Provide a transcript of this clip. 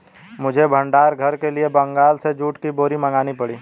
मुझे भंडार घर के लिए बंगाल से जूट की बोरी मंगानी पड़ी